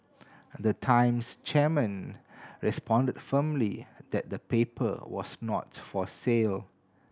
and the Times chairman responded firmly that the paper was not for sale